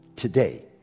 Today